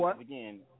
again